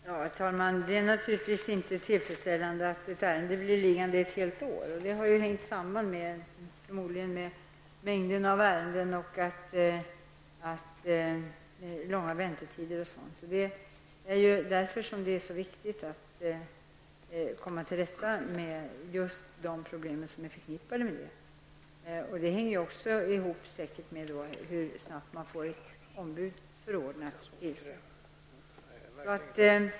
Herr talman! Det är naturligtvis inte tillfredsställande att ett ärende blir liggande ett helt år. Förmodligen hänger detta samman med bl.a. mängden av ärenden och långa väntetider. Därför är det viktigt att komma till rätta med de problem som finns på det här området. Säkert beror det på hur snart ett ombud förordnas.